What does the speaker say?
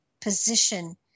position